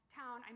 town